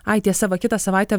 ai tiesa va kitą savaitę